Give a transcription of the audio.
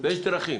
ויש דרכים,